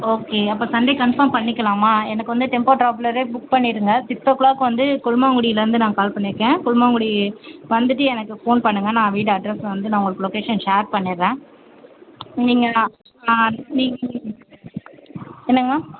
okay அப்போ Sunday confirm பண்ணிக்கலாமா எனக்கு வந்து டெம்ப்போ ட்ராப்லரே புக் பண்ணிவிடுங்க சிக்ஸ் ஓ கிளாக் வந்து கொல்லுமாங்குடியிலருந்து நான் கால் பண்ணியிருக்கேன் கொல்லுமாங்குடி வந்துட்டு எனக்கு ஃபோன் பண்ணுங்க நான் வீடு அட்ரஸ் வந்து நான் உங்களுக்கு லொக்கேஷன் ஷேர் பண்ணிவிடுறேன் நீங்கள் நான் நீங்கள் என்னங்க மேம்